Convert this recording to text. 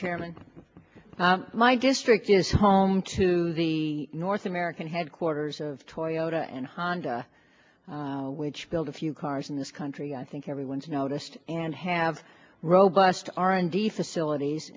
chairman my district is home to the north american headquarters of toyota and honda which build a few cars in this country i think everyone's noticed and have robust r and d facilities